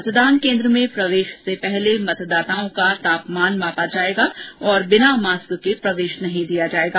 मतदान केन्द्र में प्रवेश से पहले मतदाताओं का तापमान मापा जायेगा और बिना मास्क के प्रवेश नहीं दिया जायेगा